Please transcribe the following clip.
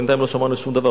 בינתיים לא שמענו שום דבר,